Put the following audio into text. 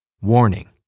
Warning